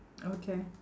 okay